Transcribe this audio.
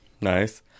Nice